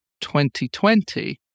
2020